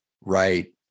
right